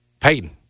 Payton